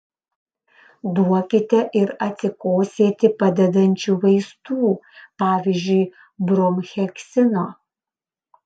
duokite ir atsikosėti padedančių vaistų pavyzdžiui bromheksino